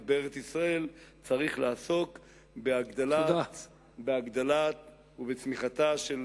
בארץ-ישראל צריך לעסוק בהגדלתה ובצמיחתה של